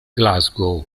glasgow